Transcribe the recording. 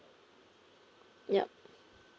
yup